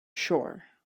shore